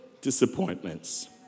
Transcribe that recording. disappointments